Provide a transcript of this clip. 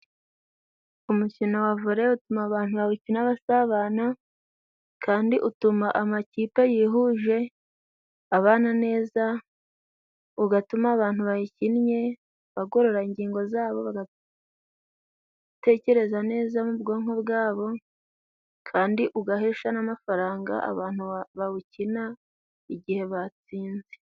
Umukino wa vore utuma abantu bakina basabana kandi utuma amakipe yihuje abana neza, ugatuma abantu bayikinnye bagorora ingingo zabo, bagatekereza neza mu bwonko bwabo, kandi ugahesha n'amafaranga abantu bawukina igihe batsinze.